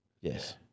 Yes